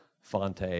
Fonte